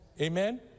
Amen